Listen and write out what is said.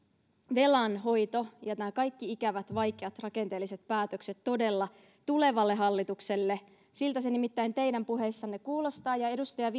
velanhoito ja nämä kaikki ikävät vaikeat rakenteelliset päätökset todella tulevalle hallitukselle siltä se nimittäin teidän puheissanne kuulostaa ja edustaja